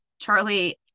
Charlie